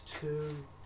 two